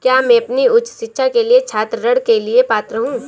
क्या मैं अपनी उच्च शिक्षा के लिए छात्र ऋण के लिए पात्र हूँ?